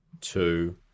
two